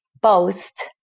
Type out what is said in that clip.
boast